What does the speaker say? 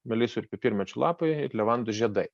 melisų ir pipirmėčių lapai ir levandų žiedai